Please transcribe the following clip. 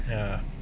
ya